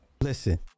listen